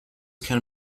can